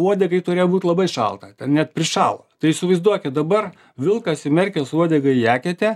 uodegai turėjo būt labai šalta kad net prišalo tai įsivaizduokit dabar vilkas įmerkęs uodegą į eketę